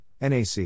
NAC